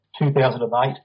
2008